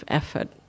effort